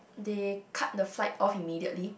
they cut the flight off immediately